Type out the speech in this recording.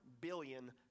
billion